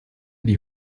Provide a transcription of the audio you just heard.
die